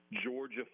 Georgia